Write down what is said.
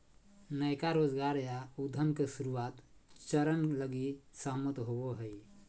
नयका रोजगार या उद्यम के शुरुआत चरण लगी सहमत होवो हइ